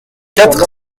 quatre